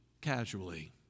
casually